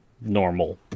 normal